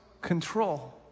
Control